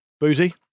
Boozy